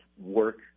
work